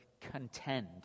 Contend